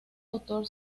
autor